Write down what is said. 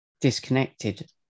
disconnected